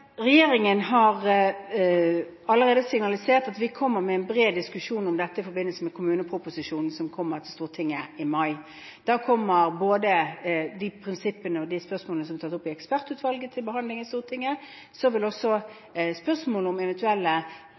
Regjeringen har allerede signalisert at det kommer en bred diskusjon om dette i forbindelse med kommuneproposisjonen, som kommer til Stortinget i mai. Da kommer de prinsippene og de spørsmålene som er tatt opp i ekspertutvalget, til behandling i Stortinget. Også spørsmålet om eventuelle